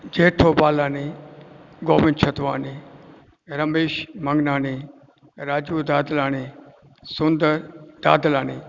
Jetho Balani Govind Chhatwani Ramesh Mangnani Raju Dadlani Sundar Dadlani